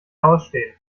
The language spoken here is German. ausstehen